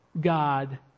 God